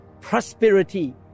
prosperity